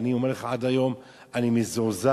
ואני אומר לך: עד היום אני מזועזע.